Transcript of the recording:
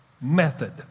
method